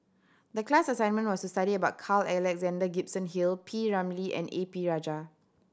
the class assignment was to study about Carl Alexander Gibson Hill P Ramlee and A P Rajah